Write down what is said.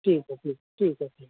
ٹھیک ہے پھر ٹھیک ہے پھر